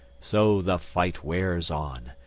so the fight wears on.